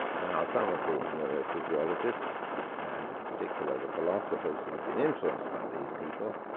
now, some of the neurophysiologists and in particular the philosophers who've been influenced by these people,